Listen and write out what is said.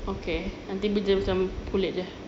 okay boleh jadi macam kulit dia